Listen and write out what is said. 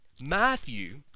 Matthew